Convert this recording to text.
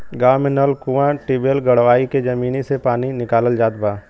गांव में नल, कूंआ, टिबेल गड़वाई के जमीनी से पानी निकालल जात बा